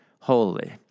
holy